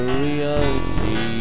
reality